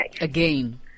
Again